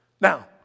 Now